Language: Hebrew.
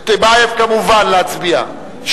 טיבייב, כמובן להצביע.